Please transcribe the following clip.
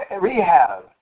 Rehab